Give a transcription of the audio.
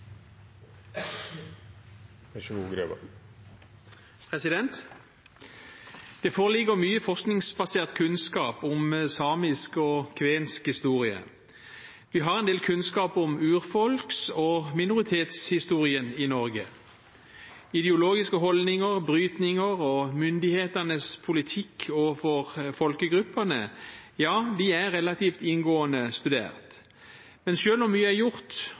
flertall. Det foreligger mye forskningsbasert kunnskap om samisk og kvensk historie. Vi har en del kunnskap om urfolks- og minoritetshistorien i Norge. Ideologiske holdninger, brytninger og myndighetenes politikk overfor folkegruppene er relativt inngående studert. Selv om mye er gjort